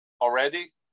already